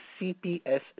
CPS